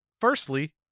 firstly